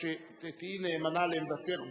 שתהיי נאמנה לעמדתך זו,